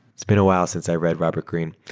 it's been a while since i read robert greene.